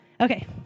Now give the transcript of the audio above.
okay